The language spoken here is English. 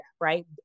right